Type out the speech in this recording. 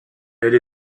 elle